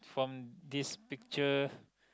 from this picture